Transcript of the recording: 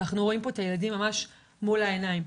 ואנחנו רואים פה את הילדים ממש מול העיניים.